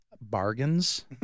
Bargains